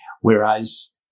whereas